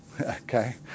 Okay